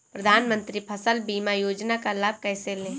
प्रधानमंत्री फसल बीमा योजना का लाभ कैसे लें?